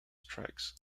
tracks